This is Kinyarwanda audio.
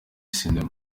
sinema